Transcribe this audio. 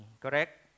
Correct